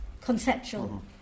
conceptual